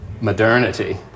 modernity